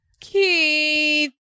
Keith